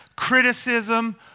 criticism